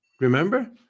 remember